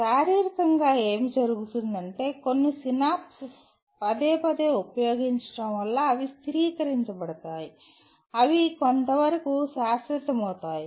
కాబట్టి శారీరకంగా ఏమి జరుగుతుందంటే కొన్ని సినాప్సెస్ పదేపదే ఉపయోగించడం వల్ల అవి స్థిరీకరించబడతాయి అవి కొంతవరకు శాశ్వతమవుతాయి